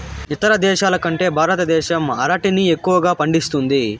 ఇతర దేశాల కంటే భారతదేశం అరటిని ఎక్కువగా పండిస్తుంది